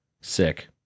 sick